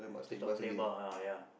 have to stop play ball oh ya ya